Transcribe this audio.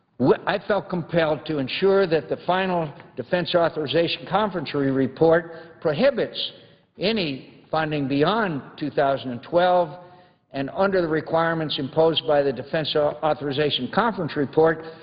i felt compelled to ensure that the final defense yeah authorization conference report prohibits any funding beyond two thousand and twelve and under the requirements imposed by the defense ah authorization conference report,